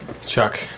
Chuck